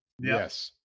Yes